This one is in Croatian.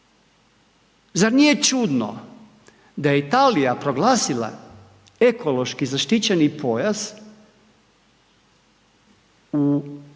Zar nije čudno da je Italija proglasila ekološki zaštićeni pojas u